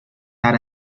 had